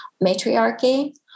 matriarchy